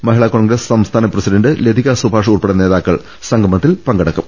മഹിളാ കോൺഗ്രസ് സംസ്ഥാന പ്രസിഡന്റ് ലതികാ സുഭാഷ് ഉൾപ്പെടെ നേതാക്കൾ സംഗ മത്തിൽ സംബന്ധിക്കും